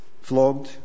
flogged